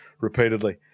repeatedly